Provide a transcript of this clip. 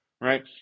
right